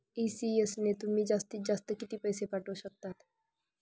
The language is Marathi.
ई.सी.एस ने तुम्ही जास्तीत जास्त किती पैसे पाठवू शकतात?